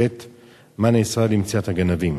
2. מה נעשה למציאת הגנבים?